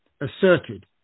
asserted